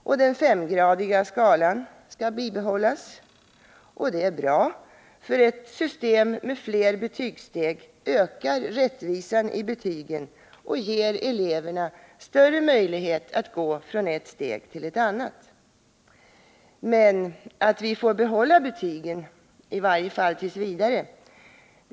Och den femgradiga skalan bibehålls. Det är bra, för ett system med flera betygssteg ökar rättvisan i betygen och ger eleverna större möjligheter att gå från ett steg till ett annat. Men att vi får behålla betygen — i varje fall t. v.